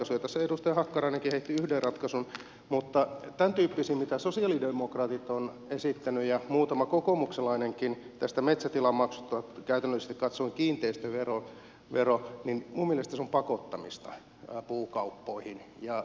tässä edustaja hakkarainenkin heitti yhden ratkaisun mutta tämäntyyppinen mitä sosialidemokraatit on esittänyt ja muutama kokoomuslainenkin tästä metsätilamaksusta käytännöllisesti kat soen kiinteistövero on minun mielestäni pakottamista puukauppoihin